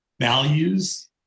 values